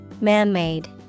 man-made